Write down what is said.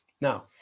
Now